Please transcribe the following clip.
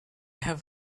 have